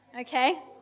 okay